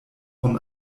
von